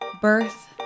birth